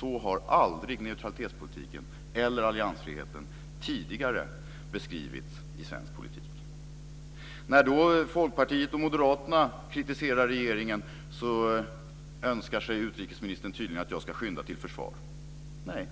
Så har aldrig neutralitetspolitiken eller alliansfriheten tidigare beskrivits i svensk politik. När Folkpartiet och Moderaterna kritiserar regeringen önskar sig utrikesministern tydligen att jag ska skynda till försvar. Nej,